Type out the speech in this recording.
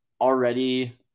already